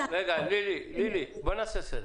לילי, בואי ונעשה סדר.